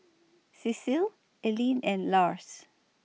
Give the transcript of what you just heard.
Cecile Alene and Lars